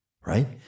right